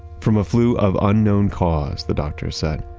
from a flu of unknown cause the doctor said.